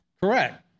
Correct